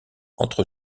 entre